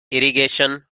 irrigation